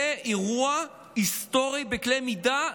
זה אירוע היסטורי בקנה מידה,